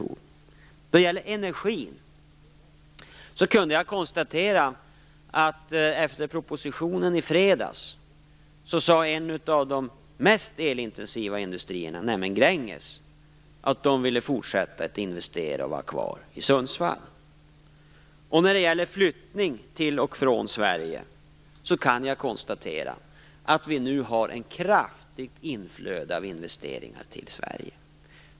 När det gäller energin kan jag konstatera att en av de mest elintensiva industrierna, nämligen Gränges, efter propositionen i fredags sade att man ville fortsätta investera och vara kvar i Sundsvall. När det gäller flyttning till och från Sverige kan jag konstatera att vi nu har ett kraftigt inflöde av investeringar till Sverige.